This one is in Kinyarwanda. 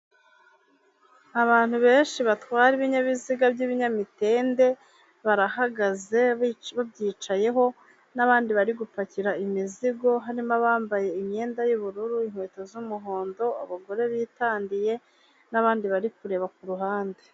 Abantu benshi batwara ibinyabiziga by'ibinyamitende, barahagaze babyicayeho n'abandi bari gupakira imizigo, harimo abambaye imyenda y'ubururu, inkweto z'umuhondo, abagore bitandiye n'abandi bari kureba ku ruhande.